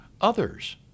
others